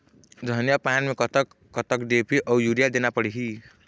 धनिया पान मे कतक कतक डी.ए.पी अऊ यूरिया देना पड़ही?